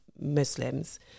muslims